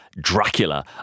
Dracula